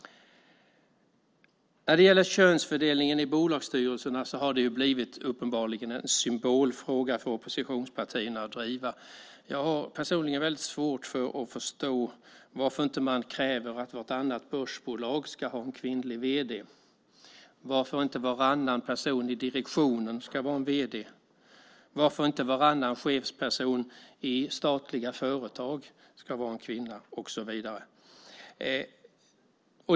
När det gäller könsfördelningen i bolagsstyrelserna har det uppenbarligen blivit en symbolfråga för oppositionspartierna att driva. Jag har personligen väldigt svårt att förstå varför man inte kräver att vartannat börsbolag ska ha en kvinnlig vd, varför inte varannan person i direktionen ska vara en kvinna och varför inte varannan chefsperson i statliga företag ska vara en kvinna och så vidare.